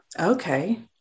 Okay